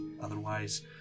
otherwise